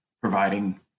providing